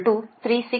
8 எனவே φ 36